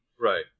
right